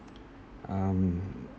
um